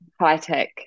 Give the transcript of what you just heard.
high-tech